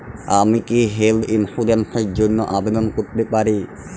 আমি কি health insurance র জন্য আবেদন করতে পারি?